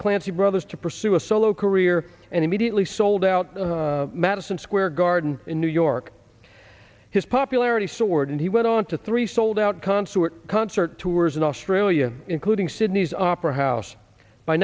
the clancy brothers to pursue a solo career and immediately sold out madison square garden in new york his popularity soared and he went on to three sold out concert concert tours in australia including sydney's opera house by